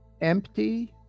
empty